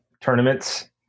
tournaments